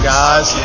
guys